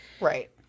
right